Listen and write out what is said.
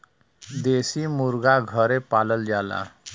देसी मुरगा घरे पालल जाला